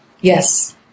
Yes